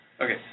Okay